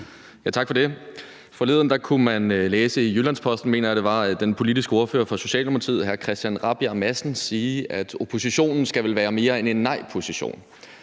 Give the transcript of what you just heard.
Tak for det. Forleden kunne man læse i Jyllands-Posten, mener jeg det var, at den politiske ordfører for Socialdemokratiet, hr. Christian Rabjerg Madsen, sagde, at oppositionen vel skal være mere end at være i en nejposition.